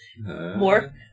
More